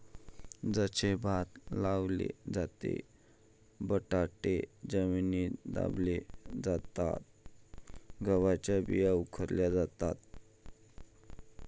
जसे भात लावले जाते, बटाटे जमिनीत दाबले जातात, गव्हाच्या बिया विखुरल्या जातात